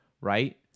Right